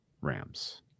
rams